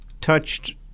touched